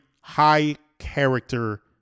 high-character